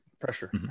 Pressure